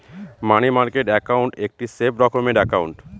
মানি market account একটি safe রকমের account